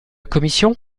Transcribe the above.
commission